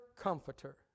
comforter